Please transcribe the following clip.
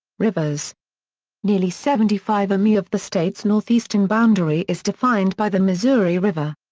rivers nearly seventy five mi of the state's northeastern boundary is defined by the missouri river.